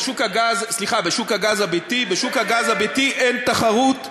בשוק הגז הביתי אין תחרות,